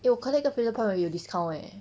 eh 我 collect 那个 Fraser point 我有 discount eh